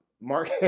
mark